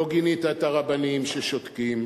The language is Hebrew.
לא גינית את הרבנים ששותקים